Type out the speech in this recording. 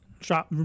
shop